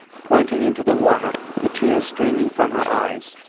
pointing into the water, the tears streaming from her eyes,